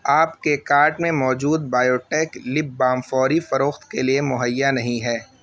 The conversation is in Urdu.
آپ کے کارٹ میں موجود بایوٹیک لپ بام فوری فروخت کے لیے مہیا نہیں ہے